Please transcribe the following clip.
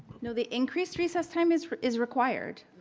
you know the increased recess time is is required.